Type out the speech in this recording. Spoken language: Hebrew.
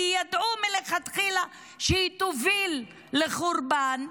כי ידעו מלכתחילה שהיא תוביל לחורבן,